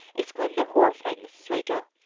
exclaimed the horrified mrs. rachel.